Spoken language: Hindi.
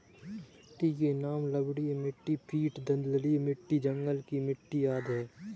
मिट्टी के नाम लवणीय मिट्टी, पीट दलदली मिट्टी, जंगल की मिट्टी आदि है